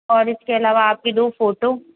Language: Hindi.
और इसके अलावा आपकी दो फोटो